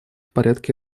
порядке